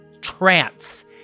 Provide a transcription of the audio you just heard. trance